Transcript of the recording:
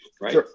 Right